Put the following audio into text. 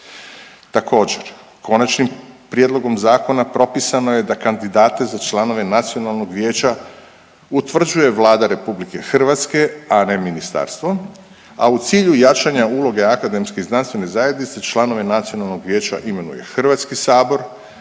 Također, konačnim prijedlogom zakona propisano je da kandidate za članove Nacionalnog vijeća utvrđuje Vlada RH a ne ministarstvo, a u cilju jačanja uloge akademske i znanstvene zajednice članove Nacionalnog vijeća imenuje Hrvatski sabor